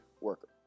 Worker